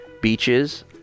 beaches